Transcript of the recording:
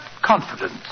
confidence